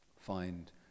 Find